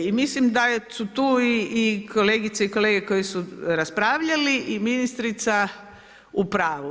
I mislim da su tu kolegice i kolege koji su raspravljali i ministrica u pravu.